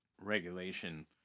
regulation